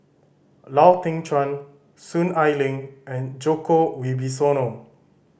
Lau Teng Chuan Soon Ai Ling and Djoko Wibisono